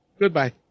Goodbye